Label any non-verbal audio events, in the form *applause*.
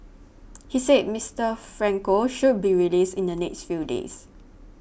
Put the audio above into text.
*noise* he said Mister Franco should be released in the next few days